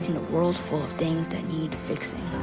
world full of things that need fixing.